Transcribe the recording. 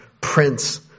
Prince